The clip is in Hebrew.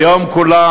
היום כולם,